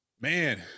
man